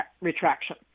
retraction